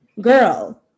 Girl